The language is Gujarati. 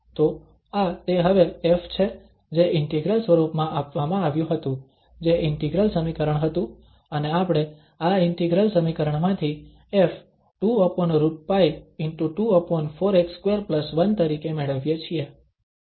તો આ તે હવે ƒ છે જે ઇન્ટિગ્રલ સ્વરૂપમાં આપવામાં આવ્યું હતું જે ઇન્ટિગ્રલ સમીકરણ હતું અને આપણે આ ઇન્ટિગ્રલ સમીકરણમાંથી ƒ 2√π ✕ 24x21 તરીકે મેળવીએ છીએ